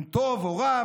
אם טוב או רע,